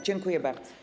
Dziękuję bardzo.